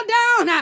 down